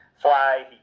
fly